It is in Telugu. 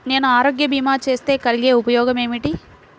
నేను ఆరోగ్య భీమా చేస్తే కలిగే ఉపయోగమేమిటీ?